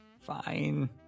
Fine